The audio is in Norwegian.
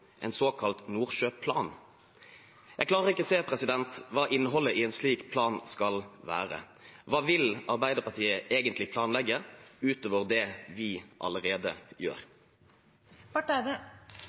en såkalt nordsjøplan. Jeg klarer ikke å se hva innholdet i en slik plan skal være. Hva vil Arbeiderpartiet egentlig planlegge utover det vi allerede gjør?